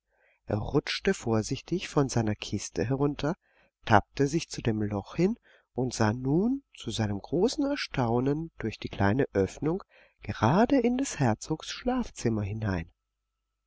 er rutschte vorsichtig von seiner kiste herunter tappte sich zu dem loch hin und sah nun zu seinem großen erstaunen durch die kleine öffnung gerade in des herzogs schlafzimmer hinein